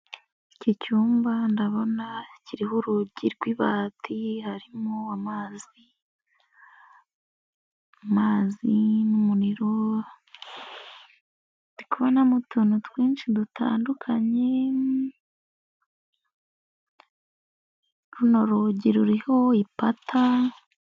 Iki cyumba ndabona kiriho urugi rw'ibati, harimo amazi, amazi, umuriro, ndi kubonamo utuntu twinshi dutandukanye, runo rugi ruriho ipata.